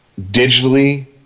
digitally